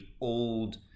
old